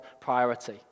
priority